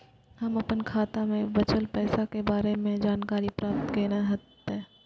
हम अपन खाता में बचल पैसा के बारे में जानकारी प्राप्त केना हैत?